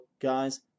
guys